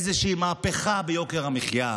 איזושהי מהפכה ביוקר המחיה,